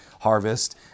harvest